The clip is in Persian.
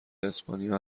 اسپانیا